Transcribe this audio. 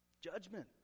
judgment